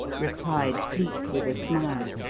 replied cleek, with a smile.